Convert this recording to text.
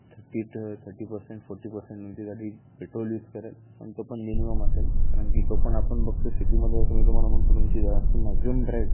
थट्टी ट थटी percent forty percent तुमची गाडी पेट्रोल यूज करेल पण तो पण मिनिमम असेल कारण की तो पण आपण बघतो सिटीमध्ये जसं मी तुम्हाला म्हणतो तुमची जास्त मॅक्झिमम ड्राईव्ह